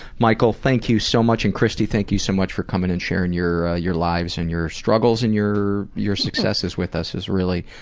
michael, thank you so much and christy, thank you so much for coming and sharing your ah your lives and your struggles and your your successes with us. it's really,